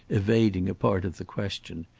evading a part of the question.